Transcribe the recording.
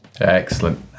Excellent